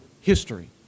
history